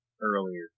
earlier